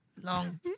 Long